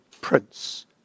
prince